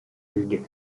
league